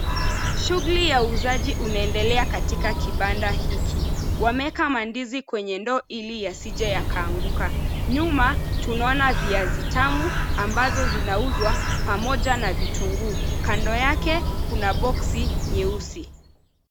Shughuli ya uuzaji unaendelea katika kibanda hiki. Wameeka mandizi kwenye ndoo ili yasije yakaanguka. Nyuma, tunaona viazi vitamu ambavyo vinauzwa pamoja na vitunguu, kando yake kuna boksi nyeusi.